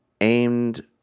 aimed